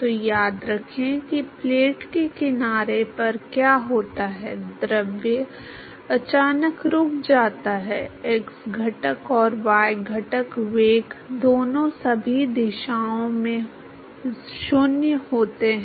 तो याद रखें कि प्लेट के किनारे पर क्या होता है द्रव अचानक रुक जाता है x घटक और y घटक वेग दोनों सभी दिशाओं में 0 होते हैं